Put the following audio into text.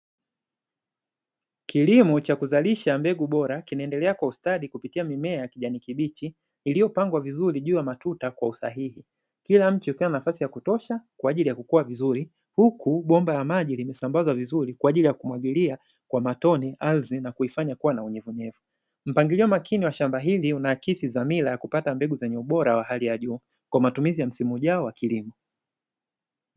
Kilimo cha kuzalisha mbegu bora kinaendelea kwa ustadi kupitia mimea ya kijani kibichi iliyopandwa vizuri kwenye matuta kwa usahihi kila tuta lina nafasi ya kutosha kwa ajili ya kukua vizuri huku bomba la maji limesambazwa vizuri kwa ajili ya kumwagilia kwa matone ardhi na kuifanya kuwa na unyevu unyevu, mpangilio makini wa shamba hili una akisi dhamira kupata mbegu zenye ubora wa hali ya juu kwa matumizi ya msimu ujao wa kilimo.